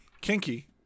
Kinky